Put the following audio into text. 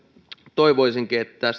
toivoisinkin että